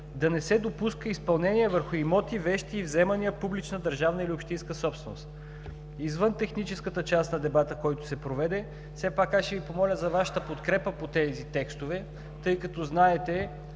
да не се допуска изпълнение върху имоти, вещи и вземания – публична държавна или общинска собственост. Извън техническата част на дебата, който се проведе, все пак аз ще Ви помоля за Вашата подкрепа по тези текстове, тъй като знаете